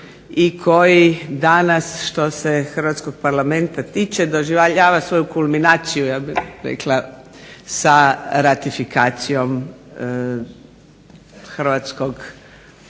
i koji danas što se Hrvatskog parlamenta tiče doživljava svoju kulminaciju ja bih rekla sa ratifikacijom Hrvatskog političkog